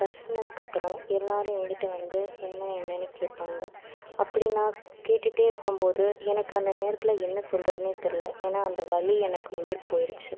பெசங்குனதுக்கப்புறோம் எல்லாரும் ஏன்கிட்ட வந்து என்ன என்னனு கேப்பாங்க அப்டி நா கேட்டுட்டே இருக்கும் போது எனக்கு அந்த நேரத்துல என்ன சொல்றதுன்னே தெர்ல ஏன்னா அந்த வலி எனக்கு உயிர் போய்ருச்சி